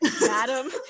Madam